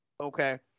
Okay